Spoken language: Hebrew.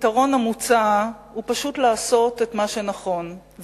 הפתרון המוצע הוא פשוט לעשות את מה שנכון,